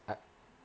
ah